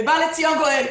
ובא לציון גואל.